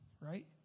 right